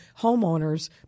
homeowners